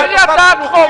תעבירי הצעת חוק